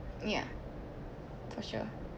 ya for sure